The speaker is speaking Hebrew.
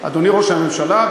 אדוני ראש הממשלה,